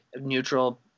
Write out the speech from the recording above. neutral